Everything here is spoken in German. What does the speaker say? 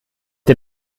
ihr